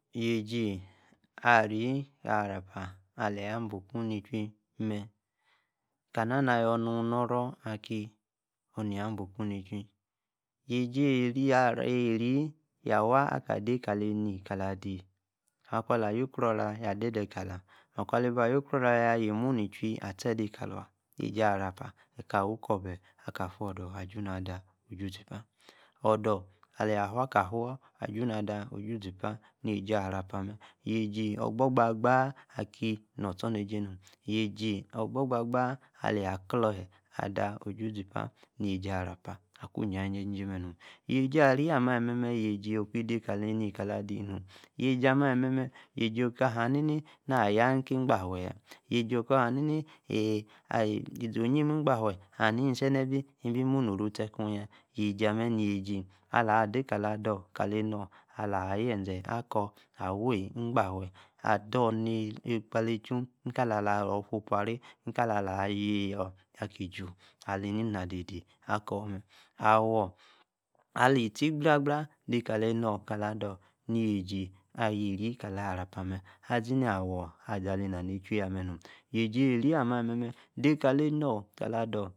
. yegi arri sra-oa ya wa-ka de ka li mali ni ka-lah Adi ma-kwa la, yukru ira, ja ki makwa la yskra ora ye mae, ma-kwa ka yukru ora yaa mae yaa de- de kala imu ukau ichui a-etuse kala. Yegi arapa eka we-ikubaye, aka fudon asu na ada ojuzipa, udor yaa-waa kaa fur aju-no-ojuzipa yaji Anata mee. Yasi ogboba baar aki no-tsor-nisi mee, yasi ogboba baaa ali auorkphe ada osiuzipa yasi arrapa meei nom Yasi arrii ame alimee, o-ki de kali ene ka adii nom, yasi ama alimemi yaji orka yaa ni-ni awor ayaa niki igbaa awae yaa yasi orka ihaa ni ae̱ yasi oyim igbaa-wae, yaa ni e̱ cenee̱ bei munoru tei kuu yaa, yasi amae yasi ala. Ade kaa aden ka enor Alaa-yaa, yeazei akor awii igbaawae, ador nii, akpala-achu, ni-ka-lor lifupor, ayayaa-aki eju nu-ii-na-dede akor mae̱ Awor, alii ti gbarraa kali enor kali Ador, ni-yasi arri mae̱ azii naa awor, em-naniju yaa mae mae, yasi arri amea, de kali enor kali Ador